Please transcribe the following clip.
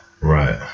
Right